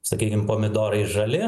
sakykim pomidorai žali